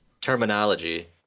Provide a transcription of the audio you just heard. Terminology